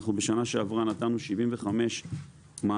אנחנו בשנה שעברה נתנו 75 מענקים,